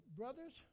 brothers